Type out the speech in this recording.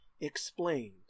explained